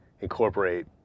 incorporate